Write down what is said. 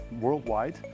worldwide